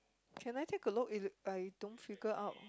can I take a look it you don't figure out